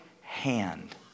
hand